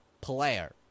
player